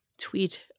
tweet